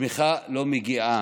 התמיכה לא מגיעה.